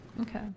Okay